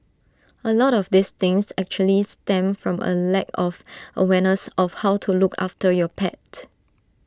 A lot of these things actually stem from A lack of awareness of how to look after your pet